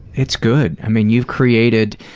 it's good. i mean, you've created,